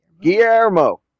Guillermo